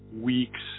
weeks